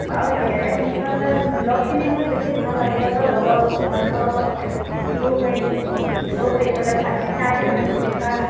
আউ চিৰা টিৰা খুন্দিবলৈ হ'লে লগখিনি হ'লে বেছি ভাল আৰু তেতিয়াব'লে লগৰ মানুহবোৰৰ লগত কথা পাতি থাকিবও পাৰি খুন্দি থাকিবও পাৰি এইফালে ভাজি থাক এইফালে খুন্দি থাক